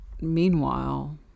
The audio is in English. meanwhile